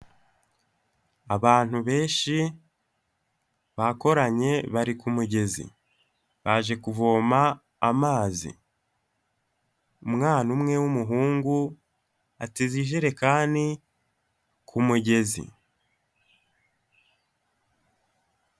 Abantu benshi bakoranye bari ku mugezi, baje kuvoma amazi, umwana umwe w'umuhungu ateze ijerekani ku mugezi.